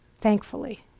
thankfully